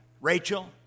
Rachel